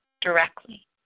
directly